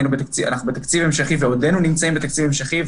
אנחנו בתקציב המשכי ועודנו נמצאים בתקציב המשכי,